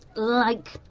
like.